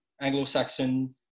Anglo-Saxon